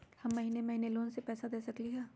हम महिने महिने लोन के पैसा दे सकली ह?